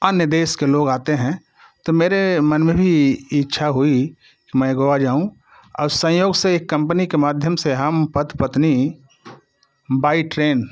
अन्य देश के लोग आते हैं तो मेरे मन में भी इच्छा हुई मैं गोवा जाऊँ अब संयोग से एक कँपनी के माध्यम से हम पति पत्नी बाई ट्रेन